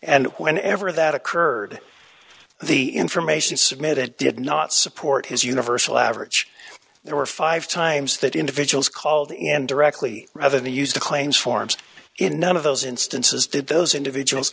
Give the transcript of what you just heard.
and whenever that occurred the information submitted did not support his universal average there were five times that individuals called and directly rather they used the claims forms in none of those instances did those individuals